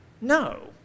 No